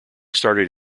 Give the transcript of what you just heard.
started